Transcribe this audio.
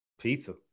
Pizza